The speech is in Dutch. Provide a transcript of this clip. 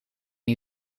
die